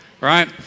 right